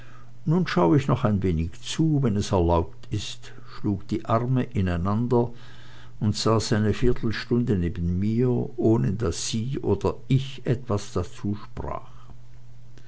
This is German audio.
nun schau ich noch ein wenig zu wenn es erlaubt ist schlug die arme ineinander und saß eine viertelstunde neben mir ohne daß sie oder ich etwas dazu sprach